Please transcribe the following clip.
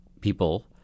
people